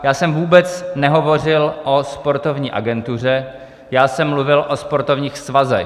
Já jsem vůbec nehovořil o sportovní agentuře, já jsem mluvil o sportovních svazech.